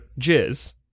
jizz